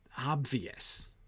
obvious